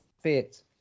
fit